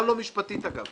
גם לא משפטית, אגב.